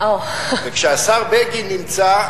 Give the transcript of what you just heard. וכשהשר בגין נמצא,